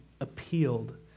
appealed